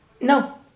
no